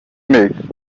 nteko